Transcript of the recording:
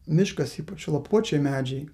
miškas ypač lapuočiai medžiai